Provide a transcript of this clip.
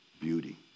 beauty